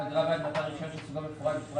אגרה בעד מתן רישיון שסוגו מפורט בפרט